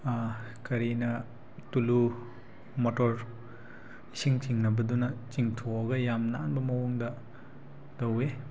ꯀꯔꯤꯅ ꯇꯨꯂꯨ ꯃꯣꯇꯣꯔ ꯏꯁꯤꯡ ꯆꯤꯡꯅꯕꯗꯨꯅ ꯆꯤꯡꯊꯣꯛꯑꯒ ꯌꯥꯝ ꯅꯥꯟꯕ ꯃꯑꯣꯡꯗ ꯇꯧꯏ